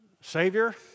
Savior